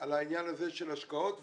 על העניין הזה של השקעות ותקציבים.